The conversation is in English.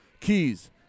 Keys